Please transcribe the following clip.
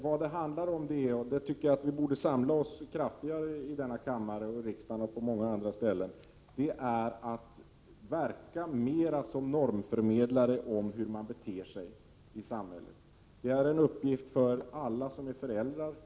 Vad det handlar om — och det tycker jag att vi borde samlas kraftigare omkring, i riksdagen och på många andra ställen — är att förmedla normer om hur man beter sig i samhället. Det är en uppgift för alla som är föräldrar.